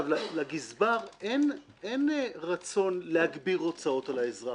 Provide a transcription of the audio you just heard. לגזבר אין רצון להגביר הוצאות על האזרח,